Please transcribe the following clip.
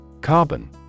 Carbon